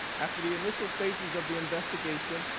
after the initial stages of the investigation,